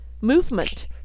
movement